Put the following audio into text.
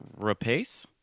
Rapace